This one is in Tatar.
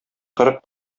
кырык